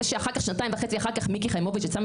זה ששנתיים וחצי אחר כך מיקי חיימוביץ' יצאה